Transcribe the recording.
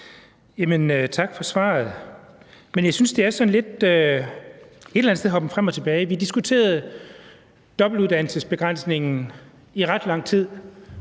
Tak for svaret. Men jeg synes, at det et eller andet sted er sådan en hoppen frem og tilbage. Vi diskuterede dobbeltuddannelsesbegrænsningen i ret lang tid,